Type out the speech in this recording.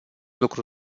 lucru